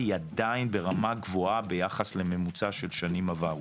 היא עדיין ברמה גבוהה ביחס לממוצע של שנים עברו.